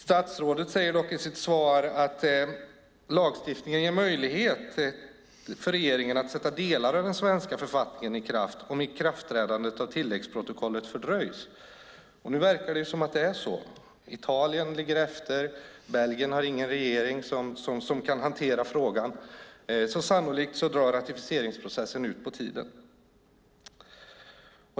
Statsrådet säger dock i sitt svar att lagstiftningen ger möjlighet för regeringen att sätta delar av den svenska författningen i kraft om ikraftträdandet av tilläggsprotokollet fördröjs. Nu verkar det som om det är så. Italien ligger efter. Belgien har ingen regering som kan hantera frågan. Sannolikt drar ratificeringsprocessen ut på tiden.